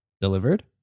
Delivered